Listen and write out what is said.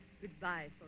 Goodbye